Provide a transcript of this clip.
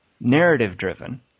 narrative-driven